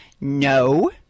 No